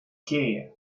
ker